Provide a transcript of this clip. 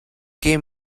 give